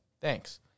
thanks